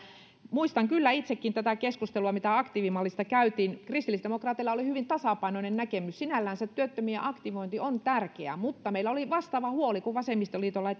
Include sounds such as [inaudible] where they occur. muistan kyllä itsekin sitä keskustelua mitä aktiivimallista käytiin kristillisdemokraateilla oli hyvin tasapainoinen näkemys sinällänsä työttömien aktivointi on tärkeää mutta meillä oli vastaava huoli kuin vasemmistoliitolla [unintelligible]